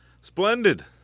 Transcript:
Splendid